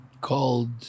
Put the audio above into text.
called